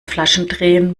flaschendrehen